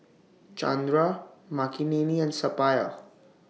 Chandra Makineni and Suppiah